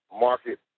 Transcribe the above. market